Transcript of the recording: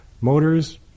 Motors